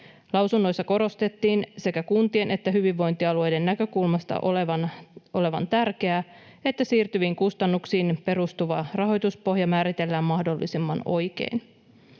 Lausunnoissa korostettiin sekä kuntien että hyvinvointialueiden näkökulmasta olevan tärkeää, että siirtyviin kustannuksiin perustuva rahoituspohja määritellään mahdollisimman oikein.